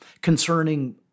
concerning